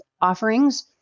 offerings